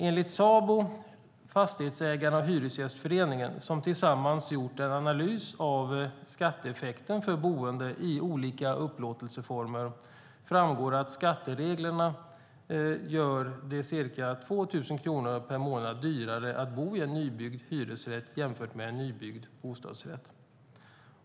Enligt Sabo, Fastighetsägarna och Hyresgästföreningen, som tillsammans gjort en analys av skatteeffekten för boende i olika upplåtelseformer, gör skattereglerna det ca 2 000 kronor dyrare per månad att bo i en nybyggd hyresrätt jämfört med en nybyggd bostadsrätt.